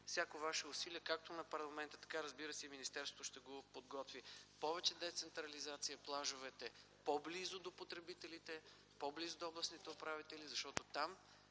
всяко ваше усилие, както и на парламента. Министерството ще го подготви. Повече децентрализация на плажовете, по-близо до потребителите, по-близо до областните управители, защото там